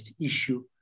issue